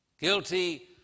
Guilty